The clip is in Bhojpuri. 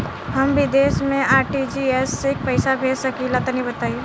हम विदेस मे आर.टी.जी.एस से पईसा भेज सकिला तनि बताई?